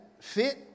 fit